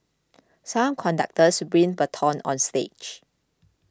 some conductors bring batons on stage